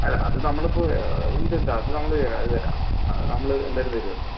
അല്ല അത് നമ്മൾ ഇപ്പോൾ ഉണ്ട് ഉണ്ട് അത് നമ്മൾ തരാം അത് തരാം അത് നമ്മൾ എന്തായാലും തരുമല്ലോ